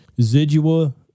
Zidua